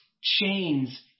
chains